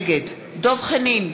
נגד דב חנין,